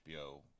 HBO